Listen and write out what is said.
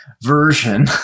version